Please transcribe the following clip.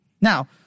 Now